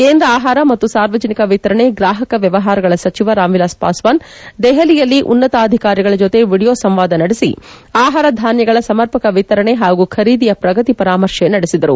ಕೇಂದ್ರ ಆಹಾರ ಮತ್ತು ಸಾರ್ವಜನಿಕ ವಿತರಣೆ ಗ್ರಾಹಕ ವ್ಯವಹಾರಗಳ ಸಚಿವ ರಾಮ್ ವಿಲಾಸ್ ಪಾಸ್ವಾನ್ ದೆಹಲಿಯಲ್ಲಿ ಉನ್ನತಾಧಿಕಾರಿಗಳ ಜೊತೆ ವೀಡಿಯೊ ಸಂವಾದ ನಡೆಸಿ ಆಹಾರ ಧಾನ್ದಗಳ ಸಮರ್ಪಕ ವಿತರಣೆ ಹಾಗೂ ಖರೀದಿಯ ಪ್ರಗತಿ ಪರಾಮರ್ಶೆ ನಡೆಸಿದರು